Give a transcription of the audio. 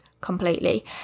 completely